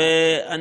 הסוציו-אקונומי.